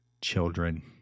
children